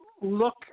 look